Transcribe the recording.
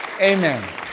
Amen